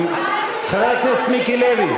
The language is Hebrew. חבר הכנסת מיקי לוי.